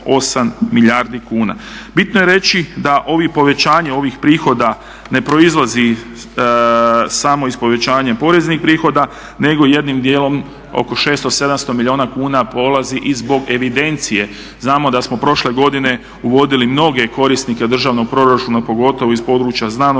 Bitno je reći da ovo povećanje ovih prihoda ne proizlazi samo iz povećanja poreznih prihoda nego jednim dijelom oko 600, 700 milijuna kuna polazi i zbog evidencije. Znamo da smo prošle godine uvodili mnoge korisnike državnog proračuna pogotovo iz područja znanosti,